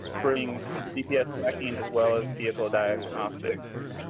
bring gps tracking as well as vehicle diagnostics